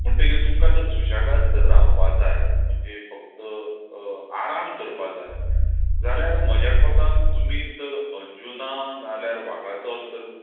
म्हणटगर तुमकां जर सुशाेगाद जर तर रावपा जाय म्हणजे फक्त आराम करपा जाय जाल्यार म्हज्या कोतान तुमी तर अंजुणा नाल्यार वागातोर तर